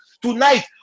Tonight